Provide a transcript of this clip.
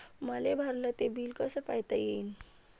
मले भरल ते बिल कस पायता येईन?